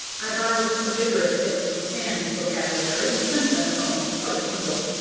i borrowed some vigorous bits from sandy's vocabulary, and sent them home quite humbled.